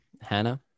Hannah